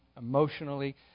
emotionally